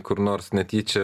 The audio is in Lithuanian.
kur nors netyčia